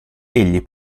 egli